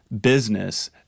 business